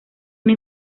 una